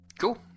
Cool